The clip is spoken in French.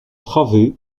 travée